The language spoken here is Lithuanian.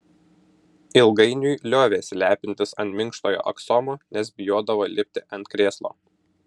ilgainiui liovėsi lepintis ant minkštojo aksomo nes bijodavo lipti ant krėslo